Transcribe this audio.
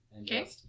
Okay